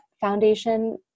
foundation